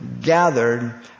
gathered